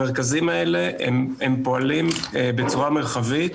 המרכזים האלה פועלים בצורה מרחבית